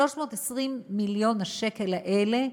320 מיליון השקל האלה,